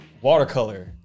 watercolor